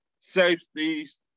safeties